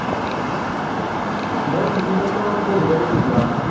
जागोन जागोन जागोन ओमफ्राय नोंनिफ्राय प्र'जेक्टआ रेडिब्ला